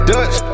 Dutch